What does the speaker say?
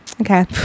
okay